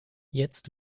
jetzt